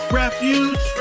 refuge